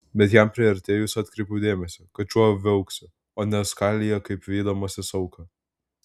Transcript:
bet jam priartėjus atkreipiau dėmesį kad šuo viauksi o ne skalija kaip vydamasis auką